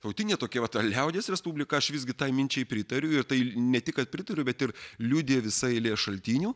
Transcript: tautinė tokia va ta liaudies respublika aš visgi tai minčiai pritariu ir tai ne tik kad pritariu bet ir liudija visa eilė šaltinių